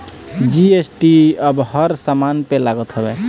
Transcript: GST अब हर समान पे लागत हवे